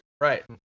right